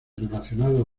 relacionado